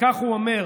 וכך הוא אומר: